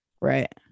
right